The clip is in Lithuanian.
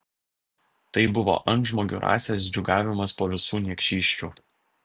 tai buvo antžmogių rasės džiūgavimas po visų niekšysčių